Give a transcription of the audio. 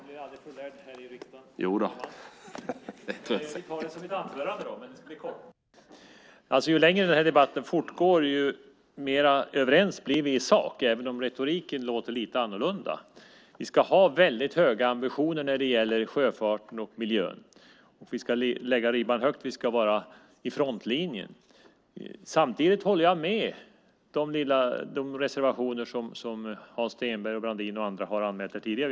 Herr talman! Ju längre den här debatten fortgår desto mer överens blir vi i sak, även om retoriken låter lite annorlunda. Vi ska ha väldigt höga ambitioner när det gäller sjöfarten och miljön. Vi ska lägga ribban högt, vi ska vara i frontlinjen. Samtidigt håller jag med om det som står i de reservationer som Hans Stenberg, Brandin och andra har pratat om här tidigare.